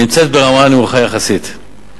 היא ברמה נמוכה יחסית.